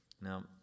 Now